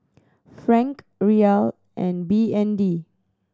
Franc Riyal and B N D